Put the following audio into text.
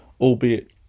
albeit